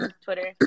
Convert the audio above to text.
Twitter